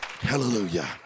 Hallelujah